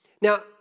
Now